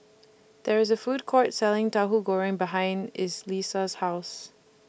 There IS A Food Court Selling Tauhu Goreng behind House